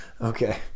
Okay